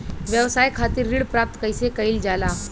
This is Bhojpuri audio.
व्यवसाय खातिर ऋण प्राप्त कइसे कइल जाला?